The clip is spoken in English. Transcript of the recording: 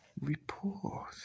Report